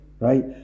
right